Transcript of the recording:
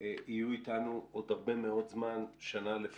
יהיו איתנו עוד הרבה מאוד זמן, שנה ל פחות.